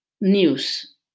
news